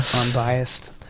Unbiased